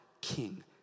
king